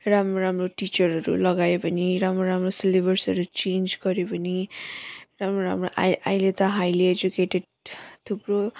राम्रो राम्रो टिचरहरू लगायो भने राम्रो राम्रो सिलेबसहरू चेन्ज गर्यो भने राम्रो राम्रो आइ अहिले त हाइली एजुकेटेड थुप्रो